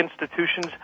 institutions